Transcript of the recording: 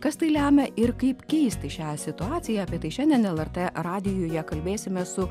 kas tai lemia ir kaip keisti šią situaciją apie tai šiandien lrt radijuje kalbėsime su